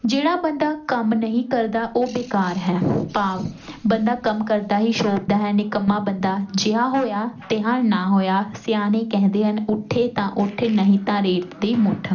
ਜਿਹੜਾ ਬੰਦਾ ਕੰਮ ਨਹੀ ਕਰਦਾ ਉਹ ਬੇਕਾਰ ਹੈ ਭਾਵ ਬੰਦਾ ਕੰਮ ਕਰਦਾ ਹੀ ਸ਼ੋਭਦਾ ਹੈ ਨਿਕੰਮਾ ਬੰਦਾ ਜਿਹਾ ਹੋਇਆ ਤਿਹਾ ਨਾ ਹੋਇਆ ਸਿਆਣੇ ਕਹਿੰਦੇ ਹਨ ਉੱਠੇ ਤਾਂ ਉੱਠ ਨਹੀ ਤਾਂ ਰੇਤ ਦੀ ਮੁੱਠ